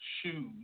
shoes